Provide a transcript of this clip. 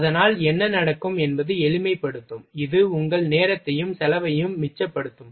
அதனால் என்ன நடக்கும் என்பது எளிமைப்படுத்தும் இது உங்கள் நேரத்தையும் செலவையும் மிச்சப்படுத்தும்